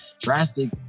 drastic